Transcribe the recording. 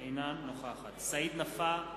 אינה נוכחת סעיד נפאע,